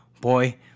Boy